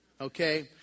okay